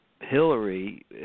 Hillary